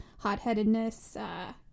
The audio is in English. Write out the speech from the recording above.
hotheadedness